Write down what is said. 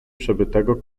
przebytego